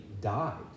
died